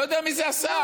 לא יודע מי זה השר.